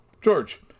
George